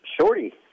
Shorty